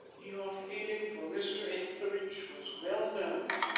your feeling for mr. etheridge was well known.